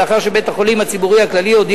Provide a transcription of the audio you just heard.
לאחר שבית-החולים הציבורי הכללי הודיע